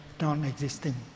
non-existing